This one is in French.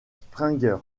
springer